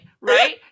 Right